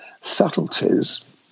subtleties